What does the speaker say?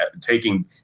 taking